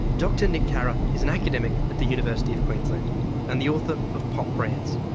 dr nick carah is an academic at the university of queensland and the author of pop brands,